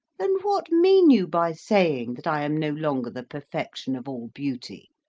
and what mean you by saying that i am no longer the perfection of all beauty,